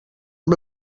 amb